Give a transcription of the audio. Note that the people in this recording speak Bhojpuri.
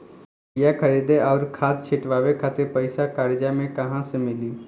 बीया खरीदे आउर खाद छिटवावे खातिर पईसा कर्जा मे कहाँसे मिली?